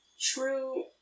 true